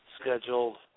scheduled